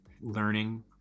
learning